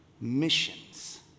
missions